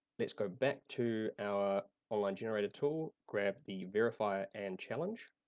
let's go back to our online generator tool, grab the verifier and challenge.